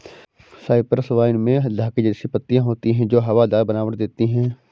Cyprus vine में धागे जैसी पत्तियां होती हैं जो हवादार बनावट देती हैं